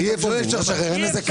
אי אפשר לשחרר, אין לזה קליינטים.